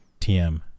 TM